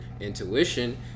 intuition